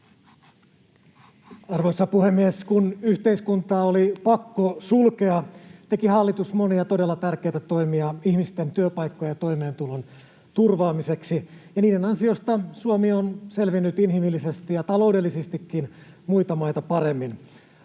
Arvoisa puhemies! Kun yhteiskuntaa oli pakko sulkea, teki hallitus monia todella tärkeitä toimia ihmisten työpaikkojen ja toimeentulon turvaamiseksi, ja niiden ansiosta Suomi on selvinnyt inhimillisesti ja taloudellisestikin muita maita paremmin.